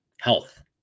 health